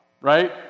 right